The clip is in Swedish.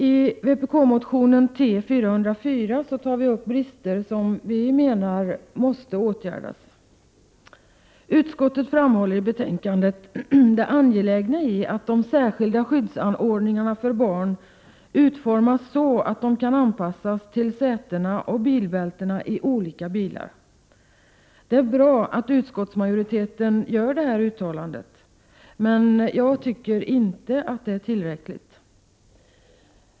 I vpk-motionen T404 tar vi upp brister som vi menar måste åtgärdas. Utskottet framhåller i betänkandet det angelägna i att de särskilda skyddsanordningarna för barn utformas så, att de kan anpassas till sätena och bilbältena i olika bilar. Det är bra att utskottsmajoriteten gör detta uttalande, men jag tycker inte att det är tillräckligt.